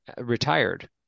retired